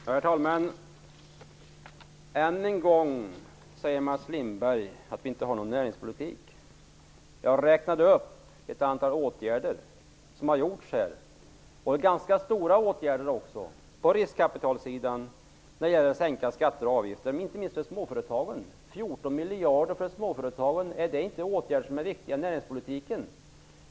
Herr talman! Än en gång säger Mats Lindberg att vi inte har någon näringspolitik. Jag räknade upp ett antal ganska stora åtgärder som har gjorts på riskkapitalsidan när det gäller att sänka skatter och avgifter, inte minst för småföretagen. Är inte 14 miljarder för småföretagare en åtgärd som är viktig för näringspolitiken?